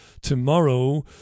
tomorrow